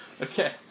Okay